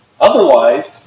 Otherwise